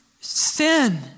sin